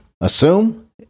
assume